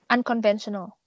Unconventional